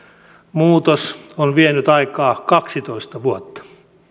muutos on vienyt aikaa kaksitoista vuotta